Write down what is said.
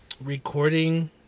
recording